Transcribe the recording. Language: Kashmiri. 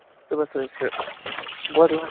صُبَحس حظ چھُ بوٚدوار